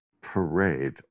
parade